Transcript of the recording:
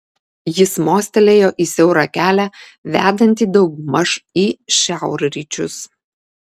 jis mostelėjo į siaurą kelią vedantį daugmaž į šiaurryčius